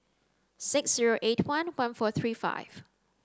six zero eight one one four three five